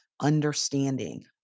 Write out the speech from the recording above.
understanding